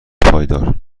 پایدار